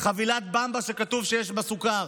מחבילת במבה, שכתוב שיש בה סוכר?